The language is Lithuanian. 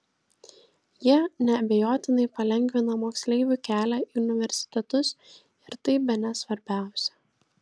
jie neabejotinai palengvina moksleivių kelią į universitetus ir tai bene svarbiausia